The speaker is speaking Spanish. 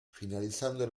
finalizando